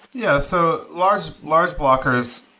yeah. so large large blockers,